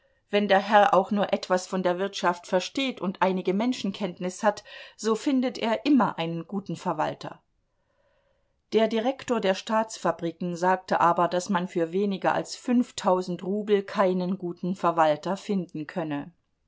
wenn der herr auch nur etwas von der wirtschaft versteht und einige menschenkenntnis hat so findet er immer einen guten verwalter der direktor der staatsfabriken sagte aber daß man für weniger als fünftausend rubel keinen guten verwalter finden könne